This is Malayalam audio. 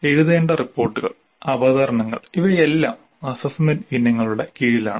എഴുതേണ്ട റിപ്പോർട്ടുകൾ അവതരണങ്ങൾ ഇവയെല്ലാം അസ്സസ്സ്മെന്റ് ഇനങ്ങളുടെ കീഴിലാണ്